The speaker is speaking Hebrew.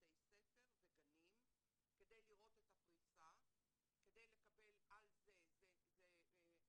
בתי ספר וגנים כדי לראות את הפריסה כדי לקבל על זה מערכת